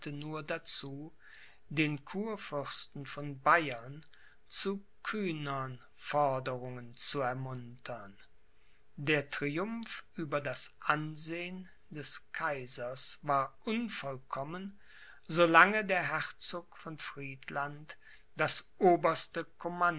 nur dazu den kurfürsten von bayern zu kühnern forderungen zu ermuntern der triumph über das ansehn des kaisers war unvollkommen so lange der herzog von friedland das oberste